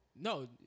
No